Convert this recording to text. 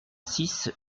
six